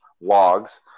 logs